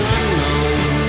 unknown